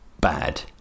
bad